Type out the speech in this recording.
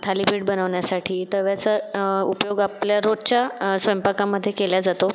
थालीपीठ बनवण्यासाठी तव्याचा उपयोग आपल्या रोजच्या स्वयंपाकामधे केला जातो